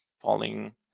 falling